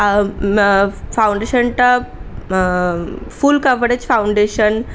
ফাউন্ডেশনটা full coverage foundation